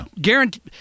guaranteed